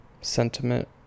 sentiment